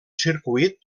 circuit